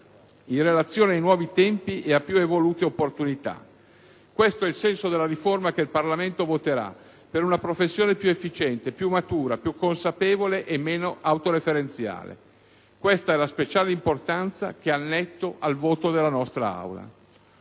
in relazione ai nuovi tempi e a più evolute opportunità. Questo è il senso della riforma che il Parlamento voterà: per una professione più efficiente, più matura, più consapevole e meno autoreferenziale. Questa è la speciale importanza che annetto al voto della nostra